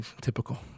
Typical